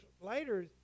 later